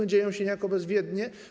To dzieje się niejako bezwiednie.